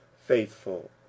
faithful